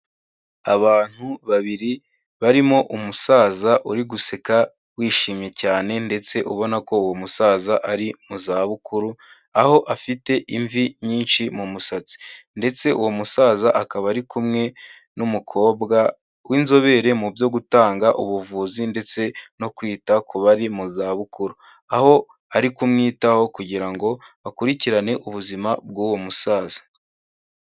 Abantu babiri barimo umusaza uri guseka wishimye cyane ndetse ubona ko uwo musaza ari mu zabukuru, aho afite imvi nyinshi mu musatsi ndetse uwo musaza akaba ari kumwe n'umukobwa w'inzobere mu byo gutanga ubuvuzi ndetse no kwita ku bari mu zabukuru. Aho ari kumwitaho kugira ngo bakurikirane ubuzima bw'uwo musaza.